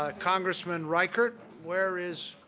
ah congressman reichert, where is